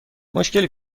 مشکلی